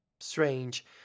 Strange